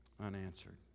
unanswered